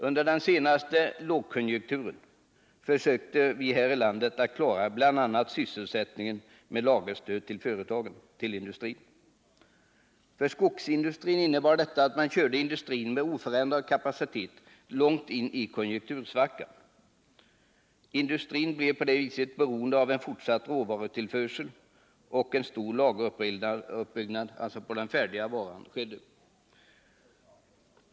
Under den senaste lågkonjunkturen försökte vi här i landet att klara bl.a. sysselsättningen med lagerstöd till industrin. För skogsindustrin innebar detta att man körde industrin med oförändrad kapacitet långt in i konjunktursvackan. Industrin blev på det viset beroende av fortsatt råvarutillförsel, och en stor uppbyggnad av lager av färdiga varor skedde.